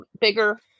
bigger